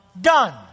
done